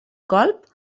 colp